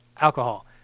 alcohol